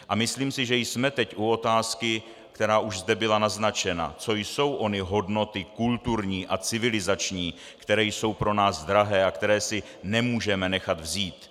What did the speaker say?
A myslím si, že jsme teď u otázky, která už zde byla naznačena co jsou ony hodnoty kulturní a civilizační, které jsou pro nás drahé a které si nemůžeme nechat vzít?